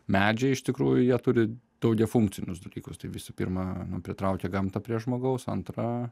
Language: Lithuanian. medžiai iš tikrųjų jie turi daugiafunkcinius dalykus tai visų pirma pritraukia gamtą prie žmogaus antra